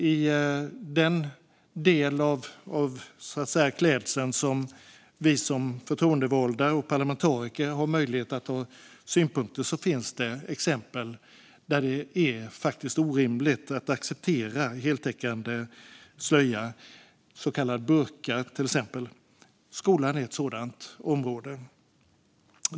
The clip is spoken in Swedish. I de verksamheter där vi som förtroendevalda och parlamentariker har möjlighet att ha synpunkter på klädsel finns det exempel där det faktiskt är orimligt att acceptera heltäckande slöja, till exempel så kallad burka. Skolan är ett sådant område.